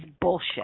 bullshit